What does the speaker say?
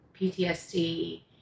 PTSD